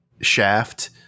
shaft